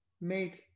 made